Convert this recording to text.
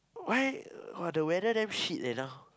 why uh !wah! the weather damn shit eh now